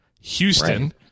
Houston